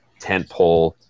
tentpole